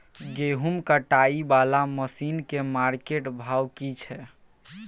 गेहूं कटाई वाला मसीन के मार्केट भाव की छै?